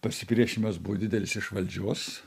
pasipriešinimas buvo didelis iš valdžios